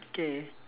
okay